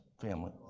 family